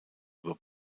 über